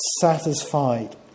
satisfied